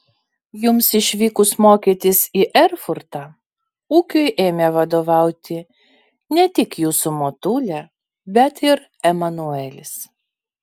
jums išvykus mokytis į erfurtą ūkiui ėmė vadovauti ne tik jūsų motulė bet ir emanuelis